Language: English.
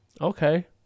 Okay